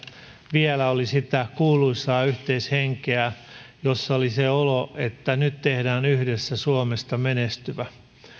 vielä oli sitä kuuluisaa yhteishenkeä jossa oli se olo että nyt tehdään yhdessä suomesta menestyvä